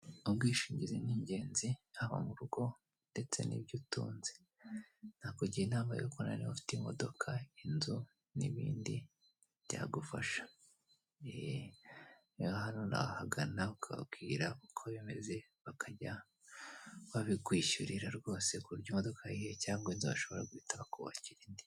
Ubwishingizi ni ingenzi haba murugo ndetse n'ibyo utunze, nakugira inama yo gukorana na bo niba ufite imodoka, inzu n'ibindi byagufasha. Rero hano nahagana ukababwira uko bimeze bakajya babikwishyurira rwose kuburyo imodoka ihiye cyangwa inzu bashobora guhita bakubakira indi.